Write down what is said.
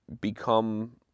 become